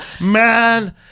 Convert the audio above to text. Man